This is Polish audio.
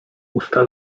usta